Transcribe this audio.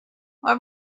what